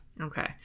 Okay